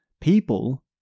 people